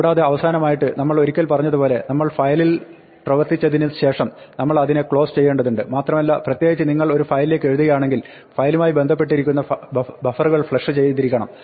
കൂടാതെ അവസാനമായിട്ട് നമ്മൾ ഒരിക്കൽ പറഞ്ഞത് പോലെ നമ്മൾ ഒരു ഫയലിൽ പ്രവർത്തിച്ചതിന് ശേഷം നമ്മൾ അതിനെ ക്ലോസ് ചെയ്യേണ്ടതുണ്ട് മാത്രമല്ല പ്രത്യേകിച്ച് നിങ്ങൾ ഒരു ഫയലിലേക്ക് എഴുതുകയാണെങ്കിൽ ഫയലുമായി ബന്ധപ്പെട്ടിരിക്കുന്ന ബഫറുകൾ ഫ്ലഷ് ചെയ്തിരിക്കണം